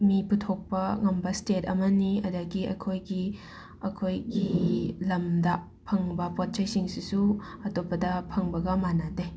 ꯃꯤ ꯄꯨꯊꯣꯛꯄ ꯉꯝꯕ ꯁ꯭ꯇꯦꯠ ꯑꯃꯅꯤ ꯑꯗꯒꯤ ꯑꯩꯈꯣꯏꯒꯤ ꯑꯩꯈꯣꯏꯒꯤ ꯂꯝꯗ ꯐꯪꯕ ꯄꯣꯠꯆꯩꯁꯤꯡꯁꯤꯁꯨ ꯑꯇꯣꯞꯄꯗ ꯐꯪꯕꯒ ꯃꯥꯟꯅꯗꯦ